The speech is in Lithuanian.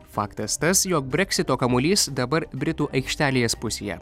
faktas tas jo breksito kamuolys dabar britų aikštelės pusėje